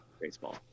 baseball